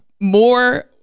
more